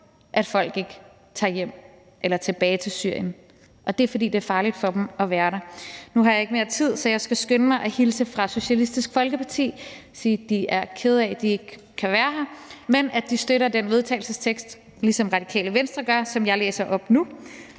at folk ikke tager hjem eller tilbage til Syrien – og den er, at det er farligt for dem at være der. Nu har jeg ikke mere tid, så jeg skal skynde mig at hilse fra Socialistisk Folkeparti og sige, at de er kede af, at de ikke kan være her, men at de ligesom Radikale Venstre støtter det forslag til vedtagelse, som jeg læser op nu.